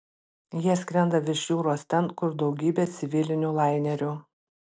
jie skrenda virš jūros ten kur daugybė civilinių lainerių